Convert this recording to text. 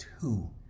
two